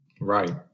Right